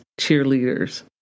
cheerleaders